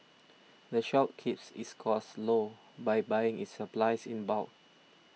the shop keeps its costs low by buying its supplies in bulk